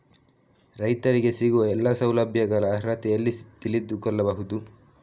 ರೈತರಿಗೆ ಸಿಗುವ ಎಲ್ಲಾ ಸೌಲಭ್ಯಗಳ ಅರ್ಹತೆ ಎಲ್ಲಿ ತಿಳಿದುಕೊಳ್ಳಬಹುದು?